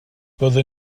byddwn